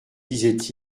disait